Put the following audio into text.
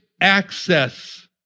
access